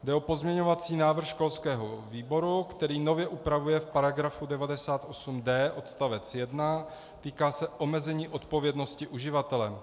Jde o pozměňovací návrh školského výboru, který nově upravuje v § 98d odst. 1, týká se omezení odpovědnosti uživatele.